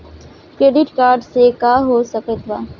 Credit card से का हो सकइत बा?